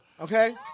okay